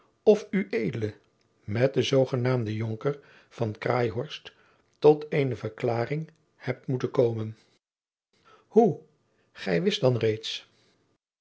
of ued met den zoogenaamden jonker van craeihorst tot eene verklaring hebt moeten komen hoe gij wist dan reeds